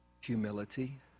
humility